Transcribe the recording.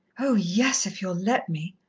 oh, yes if you'll let me,